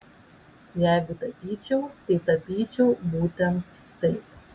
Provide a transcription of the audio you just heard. jeigu tapyčiau tai tapyčiau būtent taip